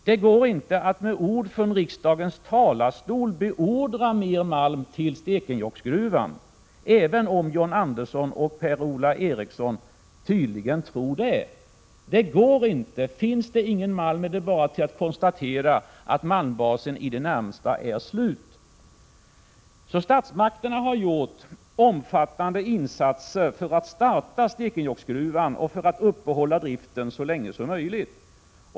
Det går inte att med ord från riksdagens talarstol beordra mer malm till Stekenjokksgruvan, även om John Andersson och Per-Ola Eriksson tydligen tror det. Om det inte finns någon malm är det bara att konstatera att malmbasen är i det närmaste slut. Statsmakterna har alltså gjort omfattande insatser för att starta Stekenjokksgruvan och för att uppehålla driften så länge som möjligt.